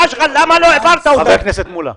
למה לא העברת את הבקשה של המשרד שלך?